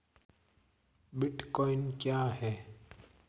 Bitcoin क्या है?